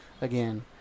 again